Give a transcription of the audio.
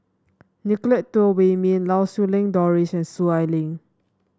Nicolette Teo Wei Min Lau Siew Lang Doris and Soon Ai Ling